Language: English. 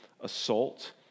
assault